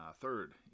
third